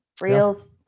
reels